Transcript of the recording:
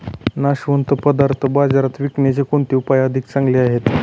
नाशवंत पदार्थ बाजारात विकण्याचे कोणते उपाय अधिक चांगले आहेत?